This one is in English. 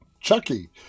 Chucky